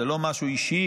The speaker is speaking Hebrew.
זה לא משהו אישי,